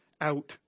out